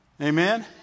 Amen